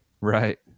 Right